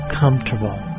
comfortable